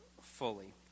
fully